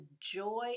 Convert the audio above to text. joy